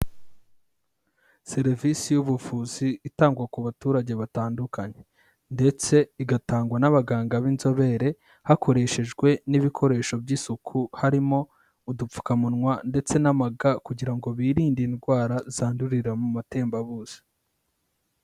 Serivisi y'ubuvuzi itangwa ku baturage batandukanye. Ndetse igatangwa n'abaganga b'inzobere hakoreshejwe n'ibikoresho by'isuku, harimo udupfukamunwa ndetse n'amaga kugira ngo birinde indwara zandurira mu matembabuzi.